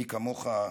מי כמוך יודע.